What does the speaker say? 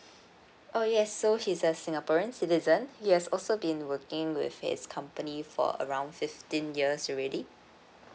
oh yes so he's a singaporean citizen he has also been working with his company for around fifteen years ready